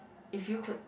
if you could